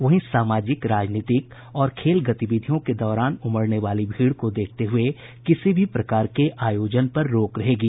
वहीं सामाजिक राजनीतिक और खेल गतिविधियों के दौरान उमड़ने वाली भीड़ को देखते हुये किसी भी प्रकार के आयोजन पर रोक रहेगी